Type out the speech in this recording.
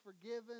forgiven